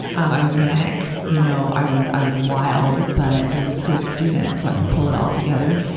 i was manic, you know. i was, i was wild, but i was a good student, so i could pull it all together.